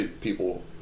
people